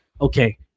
okay